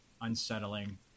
unsettling